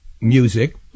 music